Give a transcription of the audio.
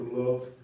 love